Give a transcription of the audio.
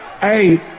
Hey